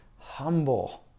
humble